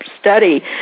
study